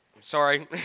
Sorry